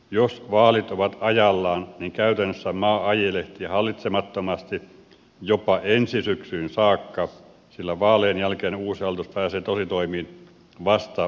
jos vaalit ovat ajallaan niin käytännössä maa ajelehtii hallitsemattomasti jopa ensi syksyyn saakka sillä vaalienjälkeinen uusi hallitus pääsee tositoimiin vasta kesän jälkeen